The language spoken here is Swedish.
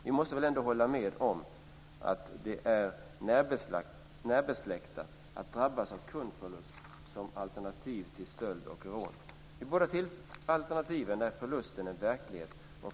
Ni måste väl ändå hålla med om att kundförlust är ett närbesläktat alternativ till stöld och rån. I båda alternativen är förlusten en verklighet.